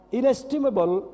inestimable